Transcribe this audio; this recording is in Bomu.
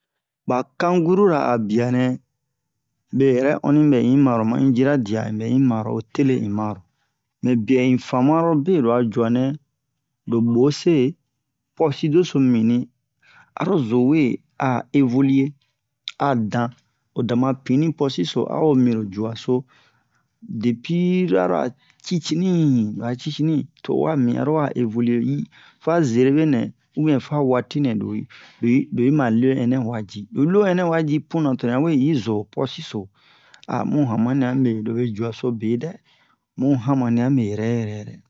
balon beya sin mɛna dɛ be hayemui tumabɛ unya we sɛwa wa mian loro jɛ ballon hani ni'i tuina to'in vɛ wɛro ɲubona aro semi wari veni wian nɛna abe vɛ jɛra ballon ballon tanuya sin mɛna ma tete surtout mɛ'a bazo o'ɛ ma mube